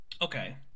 Okay